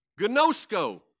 gnosko